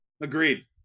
Agreed